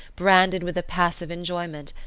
branded with a passive enjoyment,